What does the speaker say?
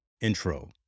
intro